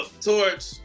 Torch